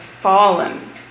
fallen